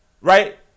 right